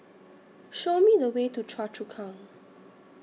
Show Me The Way to Choa Chu Kang